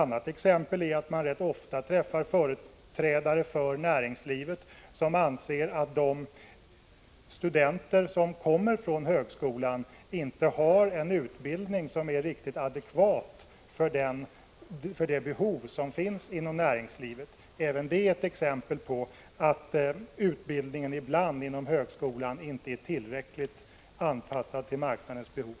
För det andra: Man träffar ofta företrädare för näringslivet som anser att de studenter som kommer ut från högskolan inte har kunskaper som är riktigt adekvata för de behov som finns inom näringslivet. Även det är ett exempel på att utbildningen inom högskolan ibland inte är tillräckligt anpassad till marknadens behov.